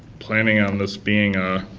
planning on this being a